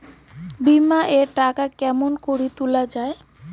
বিমা এর টাকা কেমন করি তুলা য়ায়?